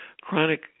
chronic